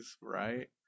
right